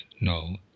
no